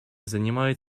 занимают